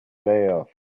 layoff